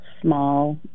small